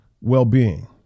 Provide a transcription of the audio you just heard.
well-being